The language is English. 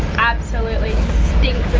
absolutely stinks